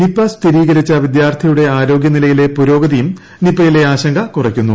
Nipah സ്ഥിരീകരിച്ച വിദ്യാർത്ഥിയുടെ ആരോഗ്യനിലയിലെ പുരോഗതിയും നിപയിലെ ആശങ്ക കുറക്കുന്നു